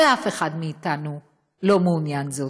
ואף אחד מאיתנו לא מעוניין בזאת.